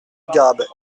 garrabet